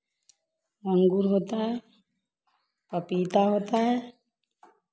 अंगूर होता है पपीता होता है